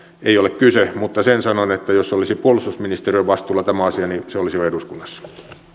ei ole kyse mutta sen sanon että jos tämä asia olisi puolustusministeriön vastuulla se olisi jo eduskunnassa